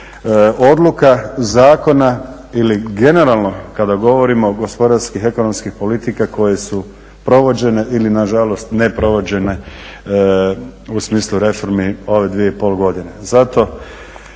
odluka, zakona ili generalno kad govorimo gospodarskih, ekonomskih politika koje su provođene ili na žalost ne provođene u smislu reformi ove 2,5 godine.